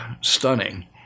stunning